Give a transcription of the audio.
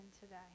today